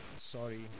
sorry